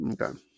Okay